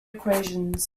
equations